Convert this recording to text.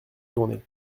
tourner